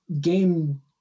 game